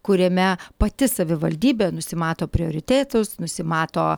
kuriame pati savivaldybė nusimato prioritetus nusimato